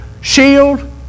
shield